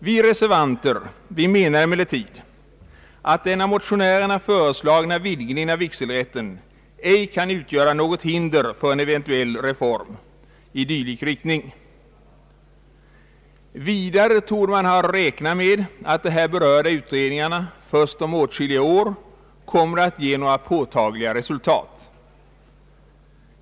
Vi reservanter menar emellertid att den av motionärerna föreslagna vidg ningen av vigselrätten ej kan utgöra något hinder för en eventuell reform i dylik riktning. Vidare torde man ha räknat med att de här berörda utredningarna först om åtskilliga år kommer att ge några påtagliga resultat.